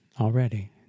already